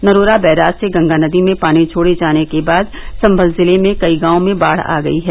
Narora barrage से गंगा नदी में पानी छोड़े जाने के बाद संभल जिले में कई गांव में बाढ़ आ गई है